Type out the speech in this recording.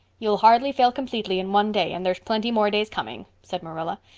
you'll hardly fail completely in one day and there's plenty more days coming, said marilla.